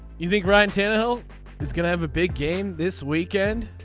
you think ryan tannehill is going to have a big game this weekend.